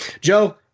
Joe